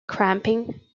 cramping